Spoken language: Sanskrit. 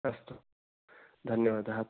अस्तु धन्यवादः